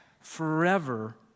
forever